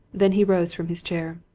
then he rose from his chair.